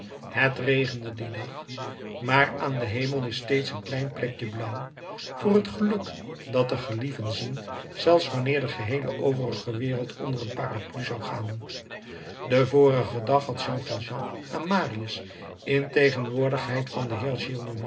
het regende dien dag maar aan den hemel is steeds een klein plekje blauw voor het geluk dat de gelieven zien zelfs wanneer de geheele overige wereld onder een parapluie zou gaan den vorigen dag had jean valjean aan marius in tegenwoordigheid van den